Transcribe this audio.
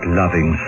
loving